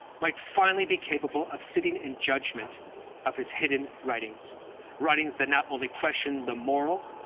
might finally be capable of sitting in judgment of his hidden writings writings that not only question the moral,